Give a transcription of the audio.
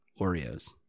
Oreos